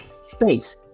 space